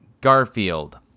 Garfield